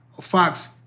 Fox